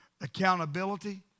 accountability